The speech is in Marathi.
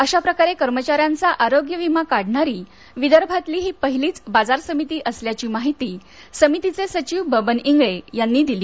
अशा प्रकारे कर्मचाऱ्यांचा आरोग्य विमा काढणारी विदर्भातली ही पहिलीच बाजर समिती असल्याची माहिती समितीचे सचिव बबन इंगळे यांनी दिली